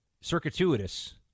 circuitous